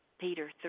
Peter